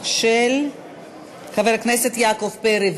זו כבר פרשנות.